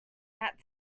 that